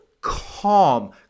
calm